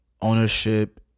ownership